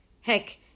Heck